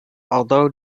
although